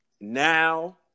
now